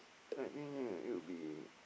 I think right it'll be